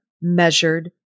measured